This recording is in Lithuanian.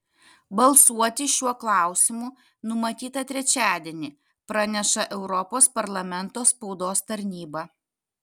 balsuoti šiuo klausimu numatyta trečiadienį praneša europos parlamento spaudos tarnyba